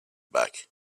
back